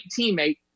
teammate